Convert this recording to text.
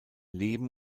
leben